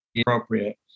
appropriate